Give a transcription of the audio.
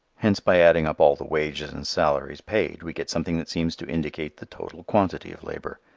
hence by adding up all the wages and salaries paid we get something that seems to indicate the total quantity of labor,